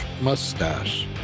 mustache